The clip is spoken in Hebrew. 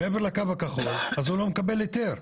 מעבר לקו הכחול, אז הוא לא מקבל היתר.